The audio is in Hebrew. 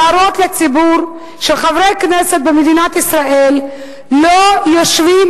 להראות לציבור שחברי הכנסת במדינת ישראל לא יושבים